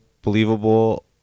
believable